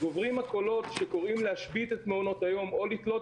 גוברים הקולות שקוראים להשבית את מעונות היום או לתלות